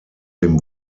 dem